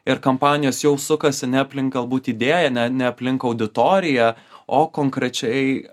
ir kampanijos jau sukasi ne aplink galbūt idėją ne ne aplink auditoriją o konkrečiai